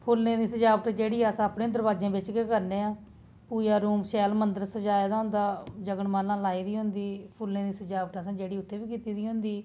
फु'ल्लें दी सजावट अस अपने दरवाजें बिच्च गै करने आं पूजा रूम शैल मंदर सजाए दा होंदा जगनमाला लाई दी होंदी फु'ल्लें दी सजावट अ'सें जेह्ड़ी उत्थै बी कीती दी होंदी